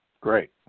Great